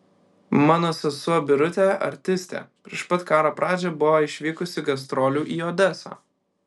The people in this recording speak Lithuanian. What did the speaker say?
mano sesuo birutė artistė prieš pat karo pradžią buvo išvykusi gastrolių į odesą